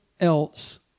else